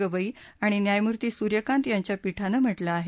गवई आणि न्यायमूर्ती सुर्यकांत यांच्या पीठानं म्हटलं आहे